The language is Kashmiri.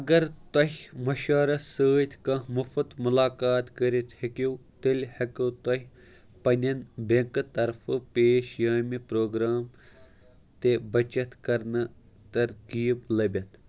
اگر تۅہہِ مشرس سٕتۍ کانٛہہ مُفت مُلاقات کٔرِتھ ہٮ۪کِو تیٚلہِ ہٮ۪کِو تُہۍ پنٕنٮ۪ن بینٛکہٕ طرفہٕ پیش یامہِ پرٛوگرام تہٕ بچت کرنٕكۍ ترغیٖب لٔبِتھ